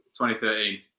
2013